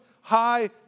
high